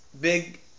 big